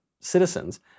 citizens